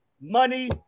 Money